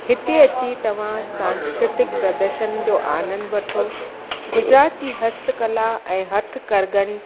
हिते अची तव्हां सांस्कृतिक प्रदर्शन जो आनंदु वठो गुजरात जी हस्तकला ऐं हथु कारीगरनि